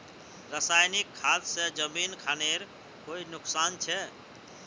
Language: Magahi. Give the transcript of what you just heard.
रासायनिक खाद से जमीन खानेर कोई नुकसान छे?